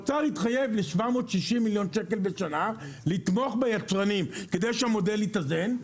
האוצר התחייב ל-760 מיליון שקלים בשנה לתמוך ביצרנים כדי שהמודל יתאזן,